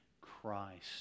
Christ